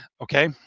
Okay